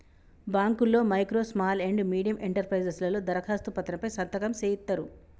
బాంకుల్లో micro small and medium enterprises లలో దరఖాస్తు పత్రం పై సంతకం సేయిత్తరు